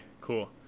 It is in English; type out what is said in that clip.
Cool